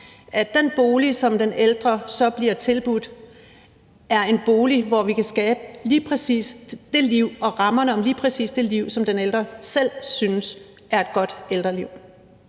at den bolig, som den ældre så bliver tilbudt, er en bolig, hvor vi kan skabe lige præcis det liv og rammerne om lige præcis det liv, som den ældre selv synes er et godt ældreliv.